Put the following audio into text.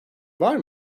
var